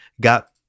got